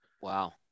Wow